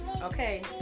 Okay